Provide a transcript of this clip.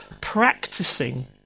practicing